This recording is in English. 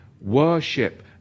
worship